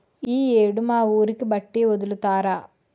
ఈ యేడు మా ఊరికి బట్టి ఒదులుతారు